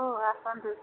ହଁ ଆସନ୍ତୁ